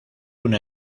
una